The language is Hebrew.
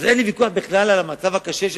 אז אין לי ויכוח בכלל על המצב הקשה של